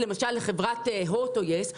למשל לחברת הוט או יס,